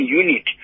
unit